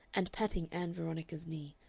and patting ann veronica's knee.